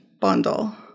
bundle